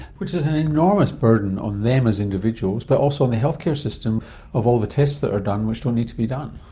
which is an enormous burden on them as individuals, but also on the healthcare system of all the tests that are done which don't need to be done.